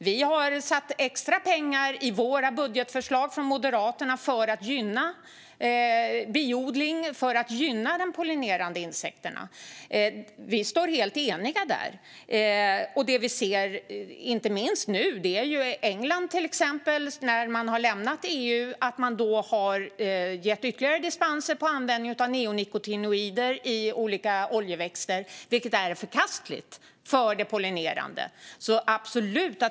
Vi har satt extra pengar i våra budgetförslag från Moderaterna för att gynna biodling och gynna de pollinerande insekterna. Vi står helt eniga där. Det vi ser nu är till exempel att England efter att ha lämnat EU har gett ytterligare dispenser för användning av neonikotinoider i olika oljeväxter, vilket är förkastligt för de pollinerande insekterna.